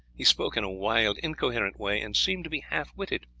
he spoke in a wild, incoherent way, and seemed to be half-witted.